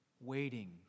Waiting